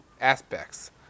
aspects